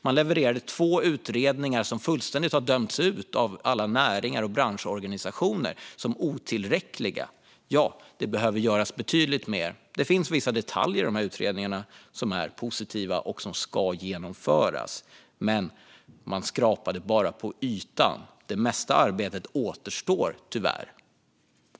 Man levererade två utredningar som har dömts ut fullständigt av alla näringar och branschorganisationer som otillräckliga. Ja, det behöver göras betydligt mer. Det finns vissa detaljer i utredningarna som är positiva och som ska genomföras, men man skrapade bara på ytan. Det mesta av arbetet återstår tyvärr.